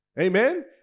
Amen